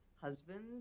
husbands